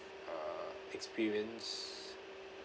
uh experience